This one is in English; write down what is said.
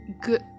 good-